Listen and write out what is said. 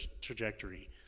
trajectory